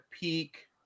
peak